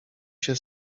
się